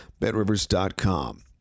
betrivers.com